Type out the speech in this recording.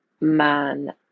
man